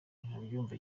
ntibabyumva